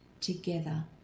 together